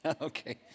Okay